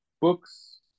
books